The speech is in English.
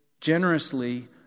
generously